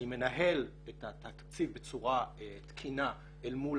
אני מנהל את התקציב בצורה תקינה אל מול